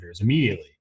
immediately